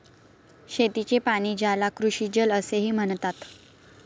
शेतीचे पाणी, ज्याला कृषीजल असेही म्हणतात